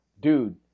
dude